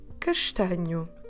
castanho